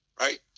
right